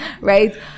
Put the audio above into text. right